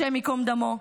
השם ייקום דמו,